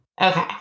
Okay